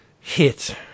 hit